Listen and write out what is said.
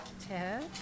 Ted